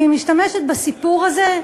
אני משתמשת בסיפור הזה,